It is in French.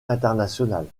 internationales